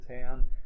town